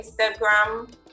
Instagram